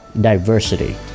Diversity